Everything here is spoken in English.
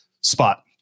spot